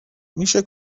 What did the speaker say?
میشه